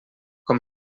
com